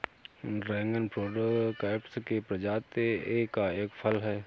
dragon fruit cactus की प्रजाति का एक फल है